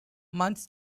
months